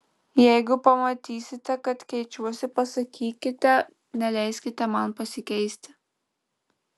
jeigu pamatysite kad keičiuosi pasakykite neleiskite man pasikeisti